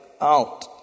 out